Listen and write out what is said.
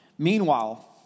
Meanwhile